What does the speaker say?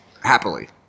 happily